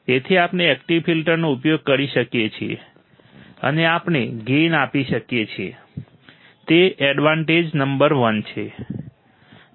તેથી આપણે એકટીવ ફિલ્ટરનો ઉપયોગ કરી શકીએ છીએ અને આપણે ગેઇન આપી શકીએ છીએ તે એડવાન્ટેજ નંબર વન છે